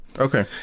Okay